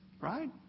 right